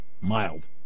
mild